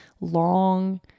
long